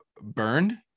burned